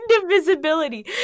indivisibility